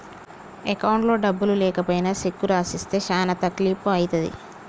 అకౌంట్లో డబ్బులు లేకపోయినా చెక్కు రాసిస్తే చానా తక్లీపు ఐతది